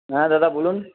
হ্যাঁ দাদা বলুন